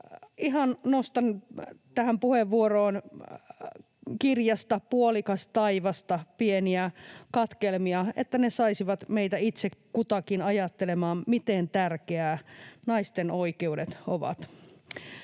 nostan tähän puheenvuoroon pieniä katkelmia kirjasta Puolikas taivasta, että ne saisivat meitä itse kutakin ajattelemaan, miten tärkeitä naisten oikeudet ovat.